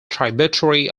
tributary